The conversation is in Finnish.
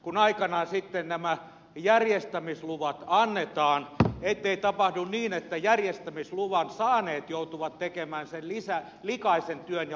kun aikanaan sitten nämä järjestämisluvat annetaan ei kai tapahdu niin että järjestämisluvan saaneet joutuvat tekemään sen likaisen työn ja lakkauttamaan koulutusyksiköt